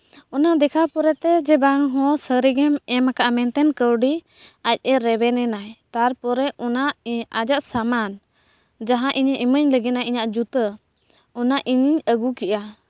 ᱚᱱᱟ ᱫᱮᱠᱷᱟᱣ ᱯᱚᱨᱮᱛᱮ ᱡᱮ ᱵᱟᱝ ᱦᱚᱸ ᱥᱟᱹᱨᱤ ᱜᱮᱢ ᱮᱢ ᱟᱠᱟᱫᱼᱟ ᱢᱮᱱᱛᱮᱫ ᱠᱟᱹᱣᱰᱤ ᱟᱡ ᱮ ᱨᱮᱵᱮᱱᱮᱱᱟᱭ ᱛᱟᱨᱯᱚᱨᱮ ᱚᱱᱟ ᱟᱡᱟᱜ ᱥᱟᱢᱟᱱ ᱡᱟᱦᱟᱸ ᱤᱧᱮ ᱤᱢᱟᱹᱜ ᱞᱟᱹᱜᱱᱟ ᱤᱧᱟᱹᱜ ᱡᱩᱛᱟᱹ ᱚᱱᱟ ᱤᱧᱤᱧ ᱟᱹᱜᱩ ᱠᱮᱫᱼᱟ